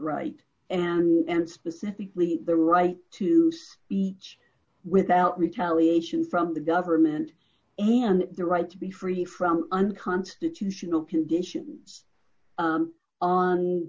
right and specifically the right to speech without retaliation from the government and the right to be free from unconstitutional conditions